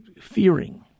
fearing